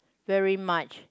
very much